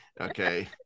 Okay